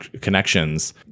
connections